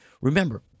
Remember